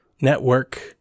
network